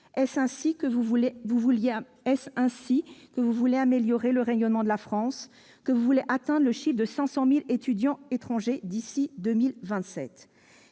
Est-ce ainsi que vous voulez améliorer le rayonnement de la France ? Est-ce ainsi que vous voulez atteindre le chiffre de 500 000 étudiants étrangers d'ici à 2027 ?